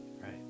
Right